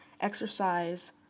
Exercise